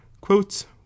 quotes